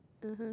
(uh huh)